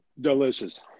Delicious